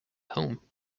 home